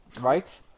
Right